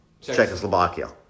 Czechoslovakia